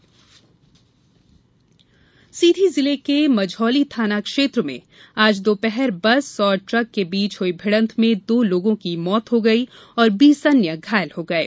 द्घटना मौत सीधी जिले के मझौली थाना क्षेत्र में आज दोपहर बस और ट्रक के बीच हई भिडंत में दो लोगों की मौत हो गयी और बीस अन्य घायल हो गये